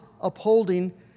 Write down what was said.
upholding